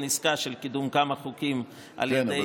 עסקה של קידום כמה חוקים על ידי כמה שותפים.